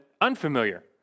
unfamiliar